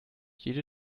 jede